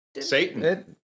Satan